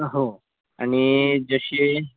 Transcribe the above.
हो आणि जसे